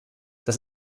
das